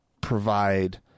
provide